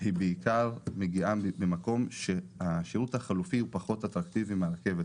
היא בכך שהשירות החלופי הוא פחות אטרקטיבי מהרכבת.